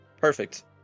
perfect